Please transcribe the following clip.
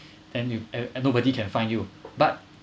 and you and nobody can find you but